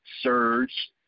Surge